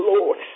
Lord